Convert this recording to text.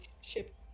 ship